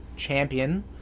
champion